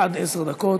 עד עשר דקות.